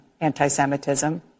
anti-Semitism